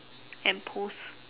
and pose